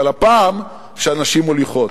אבל הפעם כשהנשים מוליכות.